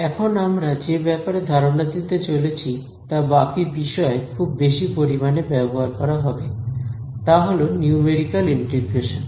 এখন আমরা যে ব্যাপারে ধারণা দিতে চলেছি তা বাকি বিষয়ে খুব বেশি পরিমাণে ব্যবহার করা হবে তাহল নিউমেরিকাল ইন্টিগ্রেশন